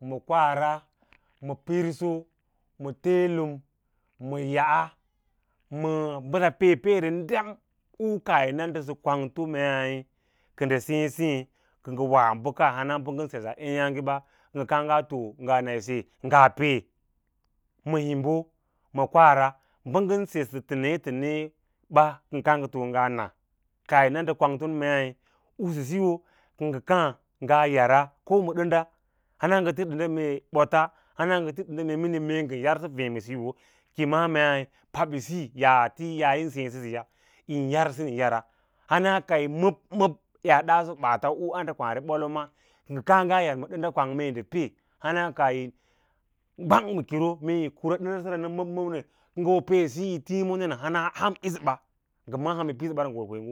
ma kwalara ma pirso maa teelum ma yaꞌa mɛ mbəss peereɗem u kaah yi na ndəsə kwangto maí kə ndə sêě seẽ kə ngə wa bəka u ngən sesə a ûyǎǎge ba kə ngə kǎǎ ngaa to ngaa na yi se nga pee ma himbo ma kwəara bə ngən sesə təne təne ɓa kə ngə too ngaa na, kaah yi na ndə kwangton mei usu siyo kən ngə kaã ngaa yara ma dənda hana ngə fisə dənda mee ɓola hana ngə tisə dənda mee miní mee ngə yarsən feẽ ma siyo ki yi ma mei yas tiĩri yin sêê səya yín yarsən yara hana ka yi məs məb, yaa ɗaaso ɓaata u andəkwaā re ɓol wa ma kə ngə kaã nga yar ma dənda kwang mee ndə pee hana kayi gwang ma kiro rə mee yi kura dənda səra məbməb nə kə ngə hoo pee yisə ɓa, ngə maꞌa ham yi pidsəbara ngə hoo yi wawa.